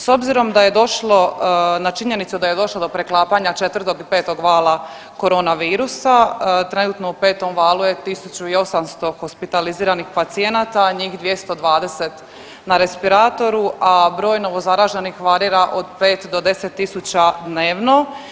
S obzirom da je došlo na činjenicu da je došlo do preklapanja 4. i 5. vala korona virusa trenutno u 5. valu je 1.800 hospitaliziranih pacijenata, a njih 220 na respiratoru, a broj novo zaraženih varira od 5 do 10.000 dnevno.